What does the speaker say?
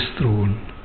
throne